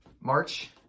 March